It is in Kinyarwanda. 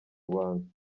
rwanda